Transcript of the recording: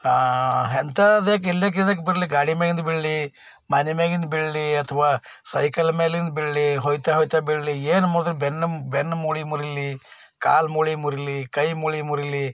ಆಂ ಎಂಥದ್ದೆ ಎಲ್ಲಿಗೆ ಇದಕ್ಕೆ ಬರಲಿ ಗಾಡಿ ಮೇಲಿಂದ ಬೀಳಲಿ ಮನೆ ಮೇಲಿಂದ ಬೀಳಲಿ ಅಥವಾ ಸೈಕಲ್ ಮೇಲಿಂದ ಬೀಳಲಿ ಹೋಗ್ತ ಹೋಗ್ತಾ ಬೀಳಲಿ ಏನೇ ಮುರಿದ್ರು ಬೆನ್ನು ಬೆನ್ಮೂಳೆ ಮುರಿಲಿ ಕಾಲ್ಮೂಳೆ ಮುರಿಲಿ ಕೈಮೂಳೆ ಮುರಿಲಿ